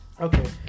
Okay